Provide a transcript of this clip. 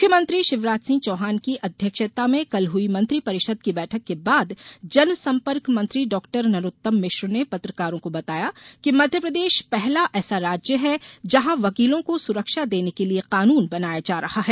मुख्यमंत्री शिवराज सिंह चौहान की अध्यक्षता में कल हई मंत्रिपरिषद की बैठक के बाद जनसंपर्क मंत्री डॉक्टर नरोत्तम मिश्र ने पत्रकारों को बताया कि मध्यप्रदेश पहला ऐसा राज्य है जहां वकीलों को सुरक्षा देने के लिए कानून बनाया जा रहा है